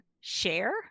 share